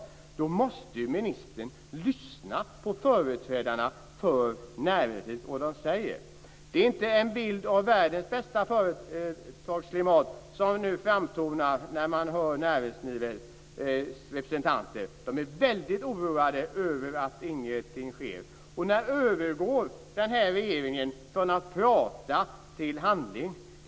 Men då måste ministern lyssna på vad företrädarna för näringslivet säger. Det är inte någon bild av världens bästa företagsklimat som framtonar när man hör näringslivets representanter. De är mycket oroade över att ingenting sker. När övergår regeringen från att prata till att handla?